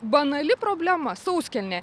banali problema sauskelnė